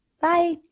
Bye